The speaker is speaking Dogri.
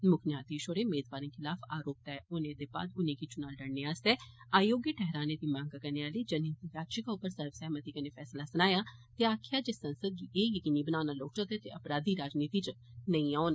मुक्ख न्यांधीश होरें मेदवारें खिलाफ आरोप तय होने दे बाद उनेंगी चुनाव लड़ने आस्तै आयोग्य ठेहराने दी मंग करने आली जनहित याचिका उप्पर सर्वसहमति कन्नै फैसला सनाया ते आक्खेआ जे संसद गी ऐ यकीनी बनाना लोड़चदा जे अपराधी राजनीति च नेई औन